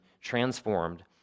transformed